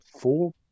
four